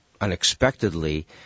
unexpectedly